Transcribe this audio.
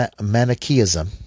Manichaeism